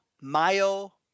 Mayo